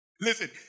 Listen